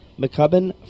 McCubbin